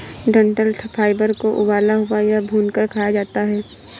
डंठल फाइबर को उबला हुआ या भूनकर खाया जाता है